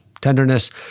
tenderness